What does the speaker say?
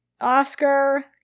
Oscar